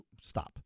stop